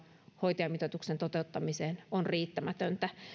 hoitajamitoituksen toteuttamiseen on riittämätön